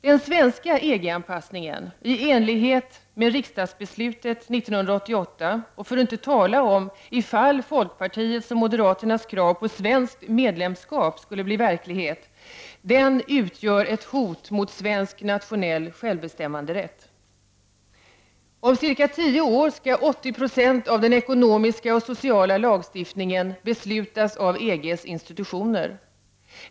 Den svenska EG-anpassningen i enlighet med riksdagsbeslutet 1988 — för att inte tala om ifall folkpartiets och moderaternas krav på medlemskap skulle bli verklighet — utgör ett hot mot svensk nationell självbestämmanderätt. Om ca tio år skall 80 20 av den ekonomiska och sociala lagstiftningen beslutas av EG:s institutioner.